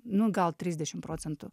nu gal trisdešimt procentų